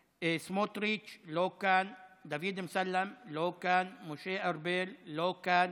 סמוטריץ' לא כאן, דוד אמסלם, לא כאן,